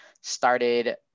started